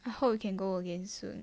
I hope we can go again soon